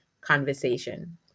conversation